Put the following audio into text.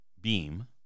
beam